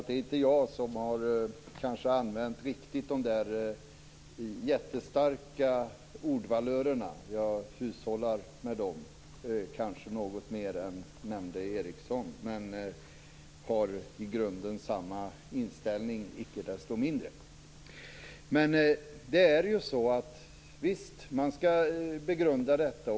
Det är inte jag som har använt de där jättestarka ordvalörerna - jag hushållar med dem, kanske något mer än nämnde Eriksson, även om jag icke desto mindre i grunden har samma inställning. Visst skall man begrunda detta.